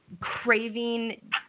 craving –